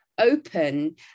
open